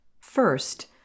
First